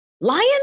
lion